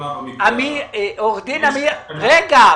--- בבקשה,